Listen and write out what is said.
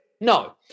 No